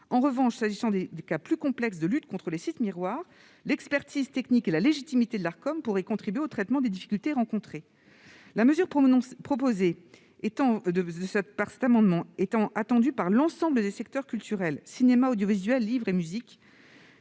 En revanche, s'agissant des cas plus complexes de lutte contre les sites miroirs, son expertise technique et sa légitimité pourraient contribuer au traitement des difficultés rencontrées. La mesure proposée par le présent amendement est attendue par l'ensemble du secteur culturel, que ce soit le cinéma, l'audiovisuel, le livre ou la musique.